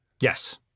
yes